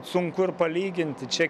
sunku ir palyginti čia